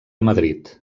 madrid